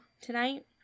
tonight